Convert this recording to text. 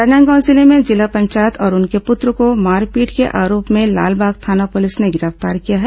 राजनांदगांव जिले में जिला पंचायत और उनके पुत्र को मारपीट के आरोप में लालबाग थाना पुलिस ने गिरफ्तार किया है